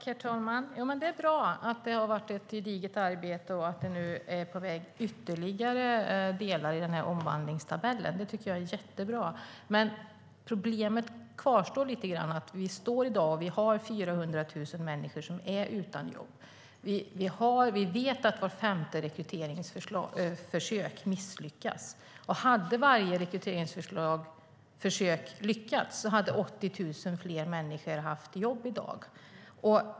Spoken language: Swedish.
Herr talman! Det är bra att det har varit ett gediget arbete och att det nu är på väg ytterligare delar i omvandlingstabellen. Det tycker jag är jättebra. Men problemet kvarstår att vi i dag har 400 000 människor som är utan jobb. Vi vet att vart femte rekryteringsförsök misslyckas. Hade varje rekryteringsförsök lyckats hade 80 000 fler människor haft jobb i dag.